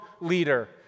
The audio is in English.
leader